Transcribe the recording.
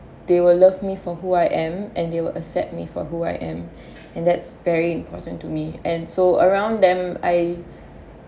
they will love me for who I am and they will accept me for who I am and that's very important to me and so around them I